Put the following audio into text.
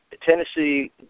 Tennessee